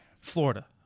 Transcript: Florida